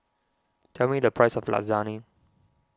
tell me the price of Lasagne